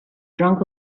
drunk